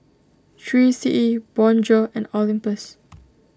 three C E Bonjour and Olympus